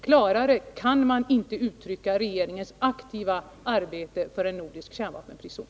Klarare kan man inte uttrycka regeringens aktiva arbete för en nordisk kärnvapenfri zon.